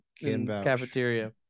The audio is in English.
cafeteria